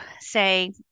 say